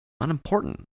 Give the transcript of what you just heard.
unimportant